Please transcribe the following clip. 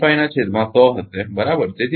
5 નાં છેદમાં 100 હશે બરાબર